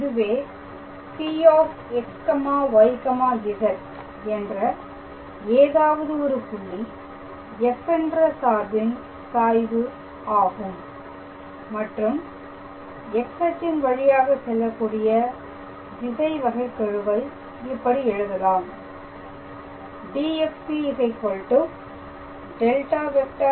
இதுவே Pxyz என்ற ஏதாவது ஒரு புள்ளி f என்ற சார்பின் சாய்வு ஆகும் மற்றும் X அச்சின் வழியாக செல்லக்கூடிய திசை வகைகெழுவை இப்படி எழுதலாம் DfP ∇⃗⃗ fP